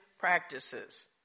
practices